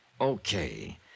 Okay